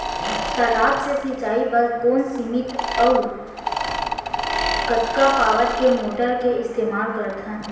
तालाब से सिंचाई बर कोन सीमित अऊ कतका पावर के मोटर के इस्तेमाल करथन?